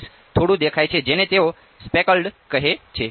fields થોડું દેખાય છે જેને તેઓ સ્પેકલ્ડ કહે છે